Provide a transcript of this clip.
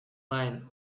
line